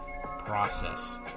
process